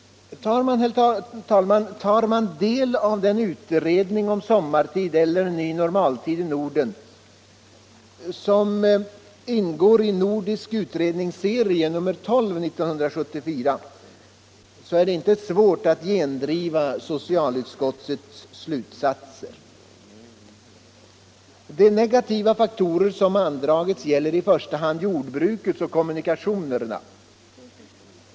Herr talman! Tar man del av den utredning om sommartid eller ny normaltid i Norden, som ingår i Nordisk utredningsserie som nr 12 1974, är det inte svårt att gendriva socialutskottets slutsatser. De negativa faktorer som andragits gäller i första hand jordbruket och kommunikationerna.